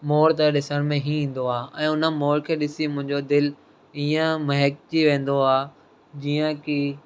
मोर त ॾिसण में ही ईंदो आहे ऐं हुन मोर खे ॾिसी मुंहिंजो दिलि ईअं महेकजी वेंदो आहे जीअं की